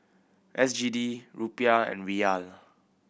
S G D Rupiah and Riyal